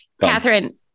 Catherine